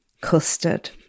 custard